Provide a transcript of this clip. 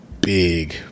big